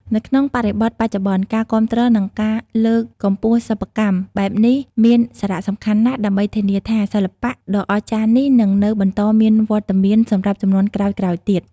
នៅក្នុងបរិបទបច្ចុប្បន្ន ការគាំទ្រនិងការលើកកម្ពស់សិប្បកម្មបែបនេះមានសារៈសំខាន់ណាស់ដើម្បីធានាថាសិល្បៈដ៏អស្ចារ្យនេះនឹងនៅបន្តមានវត្តមានសម្រាប់ជំនាន់ក្រោយៗទៀត។